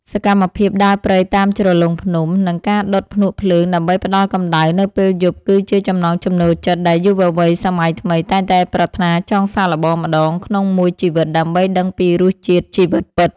សកម្មភាពដើរព្រៃតាមជ្រលងភ្នំ និង ការដុតភ្នក់ភ្លើងដើម្បីផ្តល់កម្ដៅនៅពេលយប់គឺជាចំណង់ចំណូលចិត្តដែលយុវវ័យសម័យថ្មីតែងតែប្រាថ្នាចង់សាកល្បងម្ដងក្នុងមួយជីវិតដើម្បីដឹងពីរសជាតិជីវិតពិត។